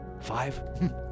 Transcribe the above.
five